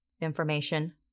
information